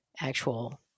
actual